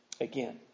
again